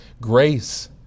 Grace